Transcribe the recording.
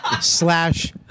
slash